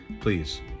Please